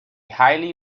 highly